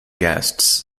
guests